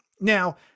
Now